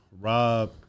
Rob